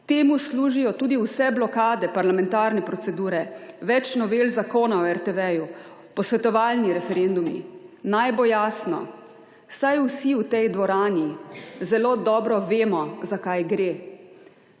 Temu služijo tudi vse blokade parlamentarne procedure, več novel Zakona o RTV, posvetovalni referendumi. Naj bo jasno, saj vsi v tej dvorani zelo dobro vemo, za kaj gre.